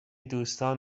دوستان